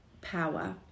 power